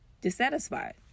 dissatisfied